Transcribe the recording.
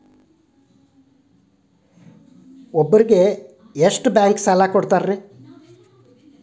ಒಬ್ಬರಿಗೆ ಎಷ್ಟು ಬ್ಯಾಂಕ್ ಸಾಲ ಕೊಡ್ತಾರೆ?